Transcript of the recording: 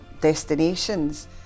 destinations